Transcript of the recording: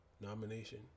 nomination